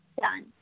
Done